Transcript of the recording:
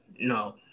no